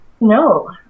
No